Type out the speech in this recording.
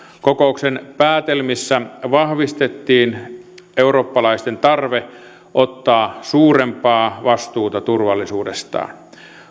kokouksen päätelmissä vahvistettiin eurooppalaisten tarve ottaa suurempaa vastuuta turvallisuudestaan